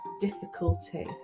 difficulty